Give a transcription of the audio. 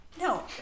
no